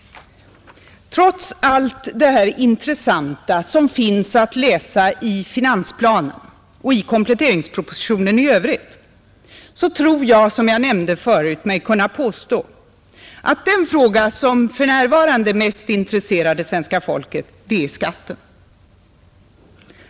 Trots allt det här intressanta som finns att läsa i finansplanen, och i kompletteringspropositionen i övrigt, tror jag — som jag nämnt förut — mig kunna påstå att den fråga som för närvarande mest intresserar det svenska folket är skatten.